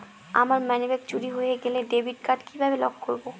আমার মানিব্যাগ চুরি হয়ে গেলে ডেবিট কার্ড কিভাবে লক করব?